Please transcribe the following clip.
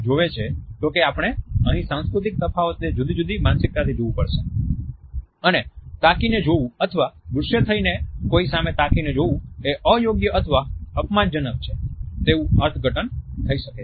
જો કે આપણે અહીં સાંસ્કૃતિક તફાવતને જુદી જુદી માનસિકતાથી જોવું પડશે અને તાકીને જોવું અથવા ગુસ્સે થઈને કોઈ સામે તાકીને જોવું એ અયોગ્ય અથવા અપમાનજનક છે તેવું અર્થઘટન થઈ શકે છે